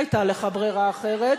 היתה לך ברירה אחרת.